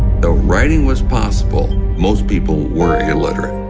though writing was possible, most people were illiterate.